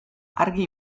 argi